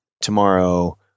tomorrow